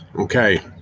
okay